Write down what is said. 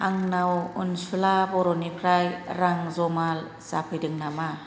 आंनाव अनसुला बर'निफ्राय रां जमा जाफैदों नामा